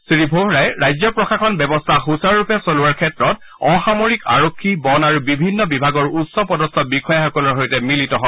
শ্ৰীভোহৰাই ৰাজ্য প্ৰশাসন ব্যৱস্থা সুচাৰুৰূপে চলোৱাৰ ক্ষেত্ৰত অসামৰিক আৰক্ষী বন আৰু বিভিন্ন বিভাগৰ উচ্চ পদস্থ বিষয়াসকলৰ সৈতে মিলিত হয়